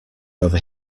over